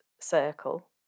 circle